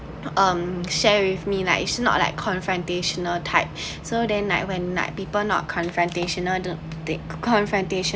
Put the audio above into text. um share with me like is not like confrontational types so then like when like people not confrontational they confrontation